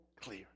clear